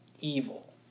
Evil